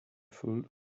fool